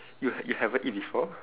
you you haven't eat before